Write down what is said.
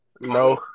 No